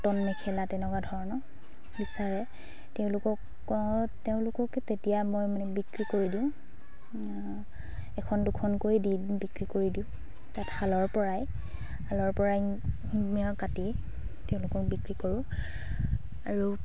cotton mekhela তেনেকুৱা ধৰণৰ বিচাৰে তেওঁলোকক তেওঁলোকক তেতিয়া মই মানে বিক্ৰী কৰি দিওঁ এখন দুখনকৈ দি বিক্ৰী কৰি দিওঁ তাত শালৰ পৰাই শালৰ পৰাই কাটি তেওঁলোকক বিক্ৰী কৰোঁ আৰু